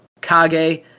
Kage